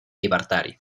llibertari